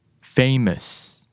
Famous